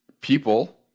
people